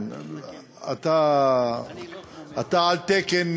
אתה על תקן